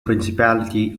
principality